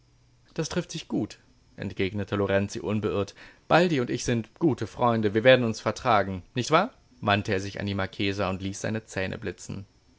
das trifft sich gut entgegnete lorenzi unbeirrt baldi und ich sind gute freunde wir werden uns vertragen nicht wahr wandte er sich an die marchesa und ließ seine zähne blitzen